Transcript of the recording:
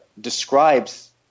describes